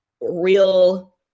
real